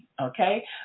Okay